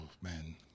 man